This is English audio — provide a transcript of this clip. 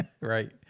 right